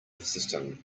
system